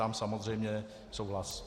Tam samozřejmě souhlas.